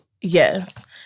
Yes